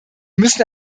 müssen